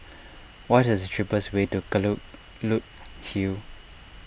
what is cheapest way to Kelulut Hill